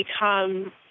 become